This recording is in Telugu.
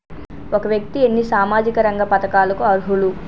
ఒక వ్యక్తి ఎన్ని సామాజిక రంగ పథకాలకు అర్హులు?